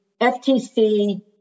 FTC